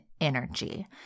energy